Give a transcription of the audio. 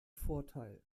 vorteil